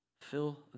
Fill